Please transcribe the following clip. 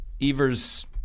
Evers